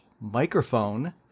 microphone